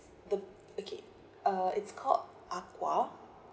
the okay uh it's called akwar